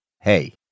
Hey